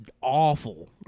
awful